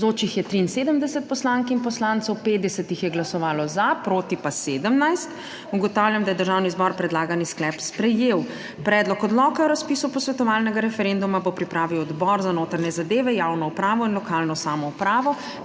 50 jih je glasovalo za, proti pa 17. (Za je glasovalo 50.) (Proti 17.) Ugotavljam, da je Državni zbor predlagani sklep sprejel. Predlog odloka o razpisu posvetovalnega referenduma bo pripravil Odbor za notranje zadeve, javno upravo in lokalno samoupravo